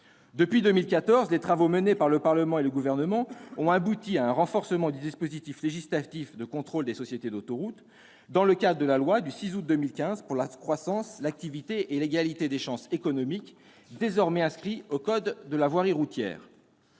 Depuis 2014, les travaux menés par le Parlement et le Gouvernement ont abouti à un renforcement du dispositif législatif de contrôle des sociétés d'autoroutes. Les dispositions adoptées à cette fin dans le cadre de la loi du 6 août 2015 pour la croissance, l'activité et l'égalité des chances économiques sont désormais inscrites dans le code de la voirie routière.